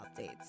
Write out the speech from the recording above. updates